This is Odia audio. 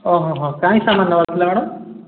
କାଏଁ ସାମାନ୍ ନେବାର୍ ଥିଲା ମ୍ୟାଡ଼ାମ୍